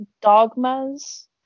dogmas